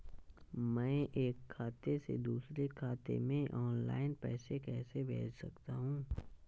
मैं एक खाते से दूसरे खाते में ऑनलाइन पैसे कैसे भेज सकता हूँ?